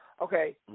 Okay